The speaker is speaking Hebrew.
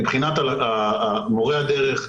מבחינת מורי הדרך,